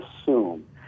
assume